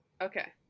Okay